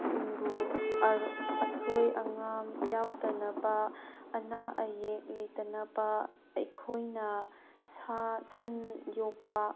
ꯁꯤꯡꯕꯨ ꯑꯁꯣꯏ ꯑꯉꯥꯝ ꯌꯥꯎꯗꯅꯕ ꯑꯅꯥ ꯑꯌꯦꯛ ꯂꯩꯇꯅꯕ ꯑꯩꯈꯣꯏꯅ ꯁꯥ ꯁꯟ ꯌꯣꯛꯄ